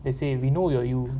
they say we know you're you